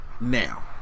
now